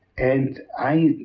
and i